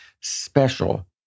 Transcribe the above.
special